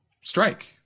strike